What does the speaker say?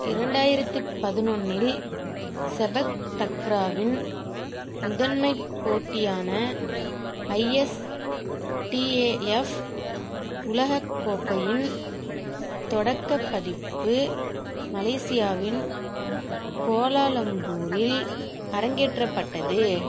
இரண்டாயிரத்தி பதினொன்றில் செபக் தக்ராவின் முதன்மைப் போட்டியான ஐஎஸ்டிஏஎஃப் உலகக் கோப்பையின் தொடக்கப் பதிப்பு மலேசியாவின் கோலாலம்பூரில் அரங்கேற்றப்பட்டது